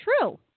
true